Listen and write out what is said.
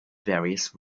various